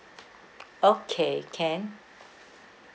okay can